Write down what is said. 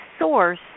source